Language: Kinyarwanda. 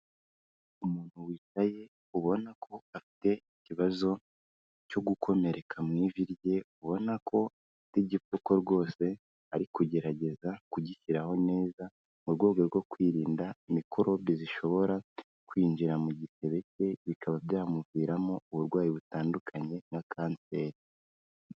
Umuntu wicaye ubona ko afite ikibazo cyo gukomereka mu ivi rye ubona ko afite igipfuko rwose ari kugerageza kugishyiraho neza mu rwego rwo kwirinda mikorobe zishobora kwinjira mu gisebe cye bikaba byamuviramo uburwayi butandukanye na kanseri.